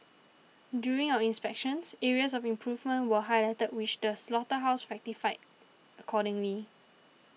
during our inspections areas of improvement were highlighted which the slaughterhouse rectified accordingly